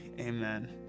Amen